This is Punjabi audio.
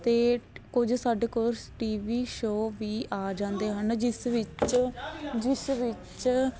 ਅਤੇ ਕੁਝ ਸਾਡੇ ਕੋਲ ਟੀ ਵੀ ਸ਼ੋ ਵੀ ਆ ਜਾਂਦੇ ਹਨ ਜਿਸ ਵਿੱਚ ਜਿਸ ਵਿੱਚ